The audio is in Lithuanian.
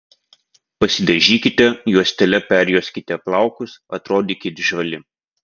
pasidažykite juostele perjuoskite plaukus atrodykit žvali